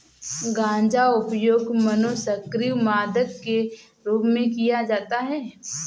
गांजा उपयोग मनोसक्रिय मादक के रूप में किया जाता है